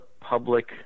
public